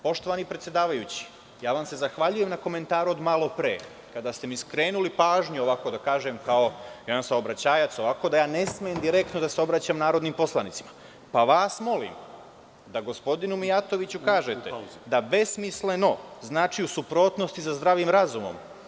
Poštovani predsedavajući, ja vam se zahvaljujem na komentaru od malopre, kada ste mi skrenuli pažnju kao jedan saobraćajac, da ja ne smem direktno da se obraćam narodnim poslanicima, a vas molim da gospodinu Mijatoviću kažete da besmisleno znači u suprotnosti sa zdravim razumom.